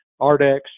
Ardex